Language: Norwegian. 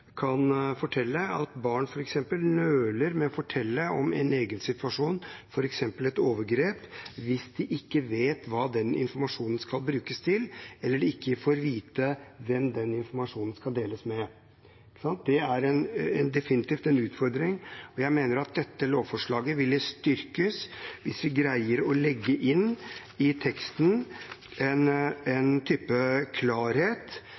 kan fortelle at barn nøler med å fortelle om sin egen situasjon, f.eks. et overgrep, hvis de ikke vet hva den informasjonen skal brukes til, eller ikke får vite hvem den informasjonen skal deles med. Det er definitivt en utfordring, og jeg mener at dette lovforslaget vil styrkes hvis vi greier å legge inn i teksten en type klarhet